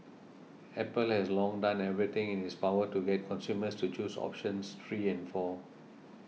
apple has long done everything in its power to get consumers to choose options three and four